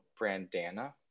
Brandana